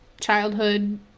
childhood